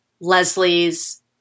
Leslie's